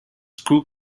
screw